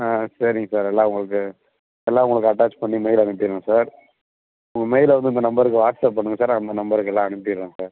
ஆ சரிங்க சார் எல்லாம் உங்களுக்கு எல்லாம் உங்களுக்கு அட்டாச் பண்ணி மெயில் அனுப்பிடறேன் சார் உங்கள் மெயிலை வந்து இந்த நம்பருக்கு வாட்ஸப் பண்ணுங்கள் சார் அந்த நம்பருக்கு எல்லாம் அனுப்பிடறேன் சார்